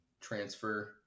transfer